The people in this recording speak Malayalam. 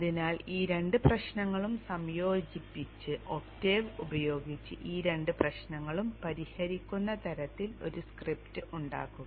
അതിനാൽ ഈ 2 പ്രശ്നങ്ങളും സംയോജിപ്പിച്ച് ഒക്ടേവ് ഉപയോഗിച്ച് ഈ 2 പ്രശ്നങ്ങളും പരിഹരിക്കുന്ന തരത്തിൽ ഒരു സ്ക്രിപ്റ്റ് ഉണ്ടാക്കുക